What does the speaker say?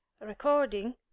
Recording